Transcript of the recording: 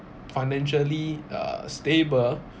financially uh stable